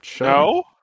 No